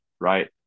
right